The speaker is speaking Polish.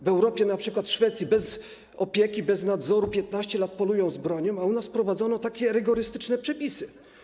W Europie, np. w Szwecji, bez opieki, bez nadzoru dzieci mające 15 lat polują z bronią, a u nas wprowadzono takie rygorystyczne przepisy.